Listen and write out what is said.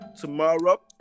tomorrow